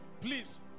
Please